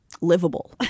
livable